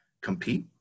compete